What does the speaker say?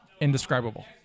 indescribable